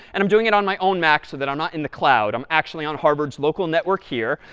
and i'm doing it on my own mac so that i'm not in the cloud. i'm actually on harvard's local network here.